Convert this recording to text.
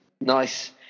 Nice